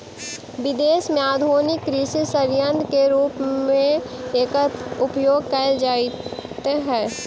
विदेश में आधुनिक कृषि सन्यन्त्र के रूप में एकर उपयोग कैल जाइत हई